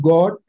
God